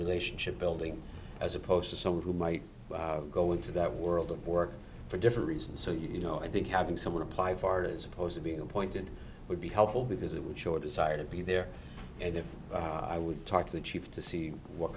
relationship building as opposed to someone who might go into that world of work for different reasons so you know i think having someone apply far as opposed to being appointed would be helpful because it was short desire to be there and if i would talk to the chief to see what